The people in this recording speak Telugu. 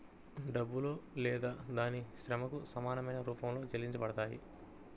డబ్బులో లేదా దాని శ్రమకు సమానమైన రూపంలో చెల్లించబడతాయి